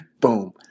boom